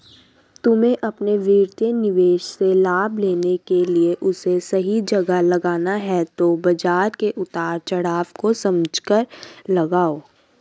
तुम्हे अपने वित्तीय निवेश से लाभ लेने के लिए उसे सही जगह लगाना है तो बाज़ार के उतार चड़ाव को समझकर लगाओ